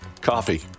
coffee